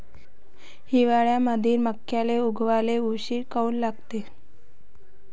हिवाळ्यामंदी मक्याले उगवाले उशीर काऊन लागते?